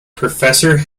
professor